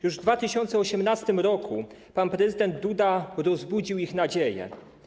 Już w 2018 r. pan prezydent Duda rozbudził ich nadzieje.